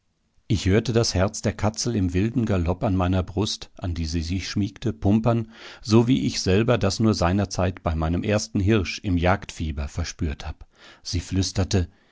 ich hörte das herz der katzel in wildem galopp an meiner brust an die sie sich schmiegte pumpern so wie ich selber das nur seinerzeit bei meinem ersten hirsch im jagdfieber verspürt hab sie flüsterte